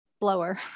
blower